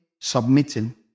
submitting